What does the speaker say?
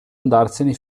andarsene